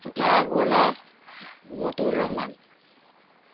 Agarwala Matul Rahman